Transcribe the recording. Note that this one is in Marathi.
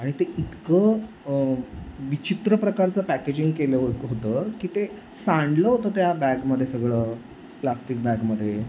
आणि ते इतकं विचित्र प्रकारचं पॅकेजिंग केलं होतं होतं की ते सांडलं होतं त्या बॅगमध्ये सगळं प्लास्टिक बॅगमध्ये